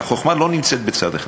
החוכמה לא נמצאת בצד אחד,